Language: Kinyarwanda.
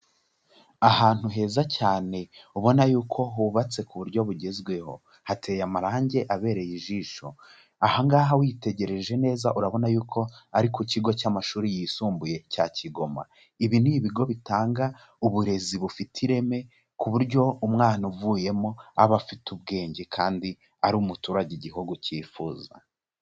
Ahantu heza cyane ubona yuko hubatse ku buryo bugezweho, hateye amarangi abereye ijisho, aha ngaha witegereje neza urabona yuko ari ku kigo cy'amashuri yisumbuye cya Kigoma, ibi ni ibigo bitanga uburezi bufite ireme ku buryo umwana uvuyemo aba afite ubwenge kandi ari umuturage igihugu cyifuza.